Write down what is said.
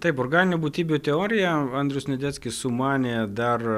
taip organinių būtybių teoriją andrius sniadeckis sumanė dar